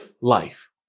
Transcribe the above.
life